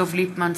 דב ליפמן,